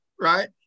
right